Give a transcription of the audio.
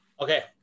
Okay